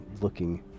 looking